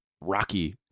Rocky